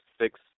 six